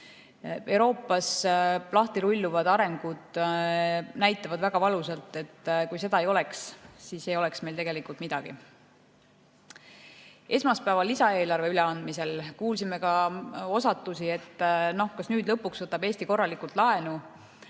Euroopas lahti rulluvad arengud näitavad väga valusalt, et kui seda ei oleks, siis ei oleks meil tegelikult midagi. Esmaspäeval lisaeelarve üleandmisel kuulsime ka osatusi, et noh, kas nüüd lõpuks võtab Eesti korralikult laenu.